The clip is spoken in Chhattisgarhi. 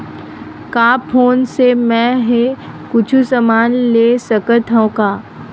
का फोन से मै हे कुछु समान ले सकत हाव का?